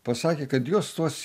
pasakė kad jos stos